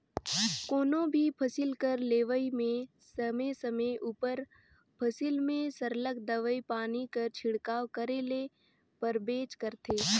कोनो भी फसिल कर लेवई में समे समे उपर फसिल में सरलग दवई पानी कर छिड़काव करे ले परबेच करथे